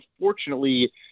unfortunately